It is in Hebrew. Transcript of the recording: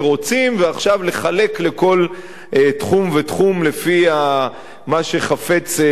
ועכשיו לחלק לכל תחום ותחום לפי מה שחפץ לבנו.